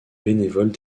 bénévoles